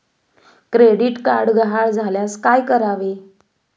Credit card गहाळ झाल्यास काय करावे?